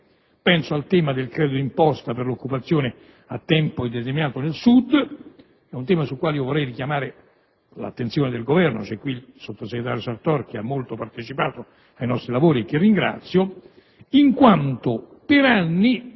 Penso al tema del credito d'imposta per l'occupazione a tempo indeterminato nel Sud, un tema sul quale io vorrei richiamare l'attenzione del Governo, dato che è presente il sottosegretario Sartor che ha molto partecipato ai nostri lavori e che ringrazio: per anni